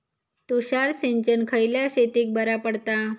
तुषार सिंचन खयल्या शेतीक बरा पडता?